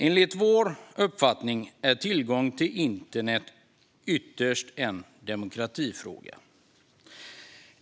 Enligt vår uppfattning är tillgång till internet ytterst en demokratifråga.